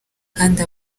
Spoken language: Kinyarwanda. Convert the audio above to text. kandi